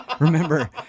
Remember